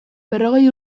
berrogei